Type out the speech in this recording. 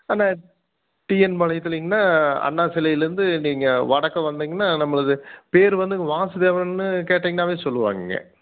அண்ணா TN பாளையத்துலைங்கண்ணா அண்ணா சிலைலேருந்து நீங்கள் வடக்க வந்திங்கன்னா நம்மளுது பேரு வந்து வாசுதேவன்னு கேட்டீங்னால் சொல்லுவாங்கங்க